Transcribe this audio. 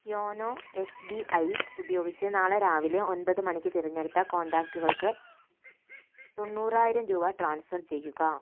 YONO S B I ഉപയോഗിച്ച് നാളെ രാവിലെ ഒൻപത് മണിക്ക് തിരഞ്ഞെടുത്ത കോൺടാക്റ്റുകൾക്ക് തൊണ്ണൂറായിരം രൂപ ട്രാൻസ്ഫർ ചെയ്യുക